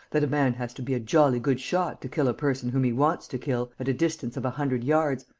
that a man has to be a jolly good shot to kill a person whom he wants to kill, at a distance of a hundred yards,